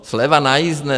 Sleva na jízdné.